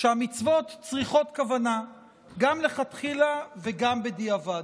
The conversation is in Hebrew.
שהמצוות צריכות כוונה גם לכתחילה וגם בדיעבד.